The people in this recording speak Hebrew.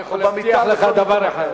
אני יכול להבטיח לך דבר אחד,